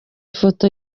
ifoto